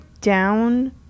down